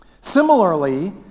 Similarly